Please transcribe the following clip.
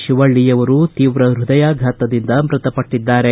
ಶಿವಳ್ಳಯವರು ತೀವ್ರ ಹೃದಯಾಘಾತದಿಂದ ಮೃತಪಟ್ಟದ್ದಾರೆ